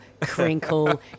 crinkle